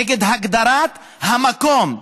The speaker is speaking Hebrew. נגד הגדרת המקום,